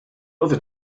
other